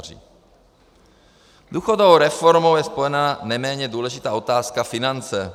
S důchodovou reformou je spojena neméně důležitá otázka finance.